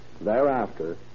Thereafter